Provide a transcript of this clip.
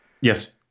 Yes